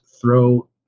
throw